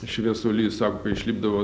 šviesulys sako kai išlipdavo